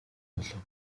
болов